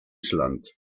island